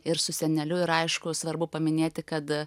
ir su seneliu ir aišku svarbu paminėti kad